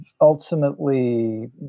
ultimately